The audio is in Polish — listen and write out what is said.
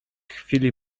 chwili